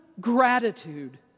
gratitude